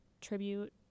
tribute